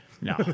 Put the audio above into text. No